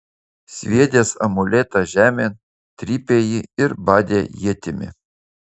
sviedęs amuletą žemėn trypė jį ir badė ietimi